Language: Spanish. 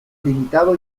limitado